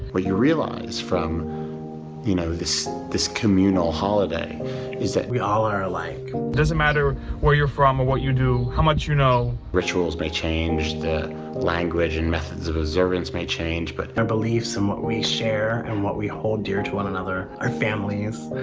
what you realize from you know this this communal holiday is that we all are alike. it doesn't matter where you're from or what you do, how much you know. rituals may change, the language and methods of observance may change but the and beliefs and what we share and what we hold dear to one another, our families,